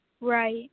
Right